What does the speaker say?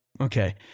Okay